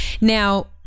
Now